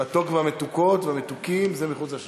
המתוק והמתוקות, והמתוקים, זה מחוץ לשעון.